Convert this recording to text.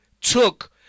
Took